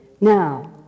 now